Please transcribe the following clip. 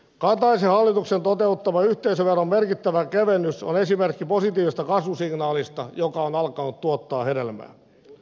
kataisen hallituksen toteuttama yhteisöveron merkittävä kevennys on esimerkki positiivisesta kasvusignaalista joka on alkanut tuottaa hedelmää